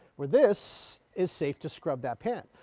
where this is safe to scrub that pan.